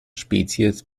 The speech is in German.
spezies